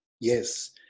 Yes